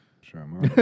Sure